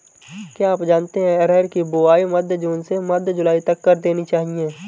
क्या आप जानते है अरहर की बोआई मध्य जून से मध्य जुलाई तक कर देनी चाहिये?